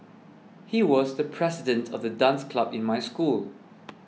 he was the president of the dance club in my school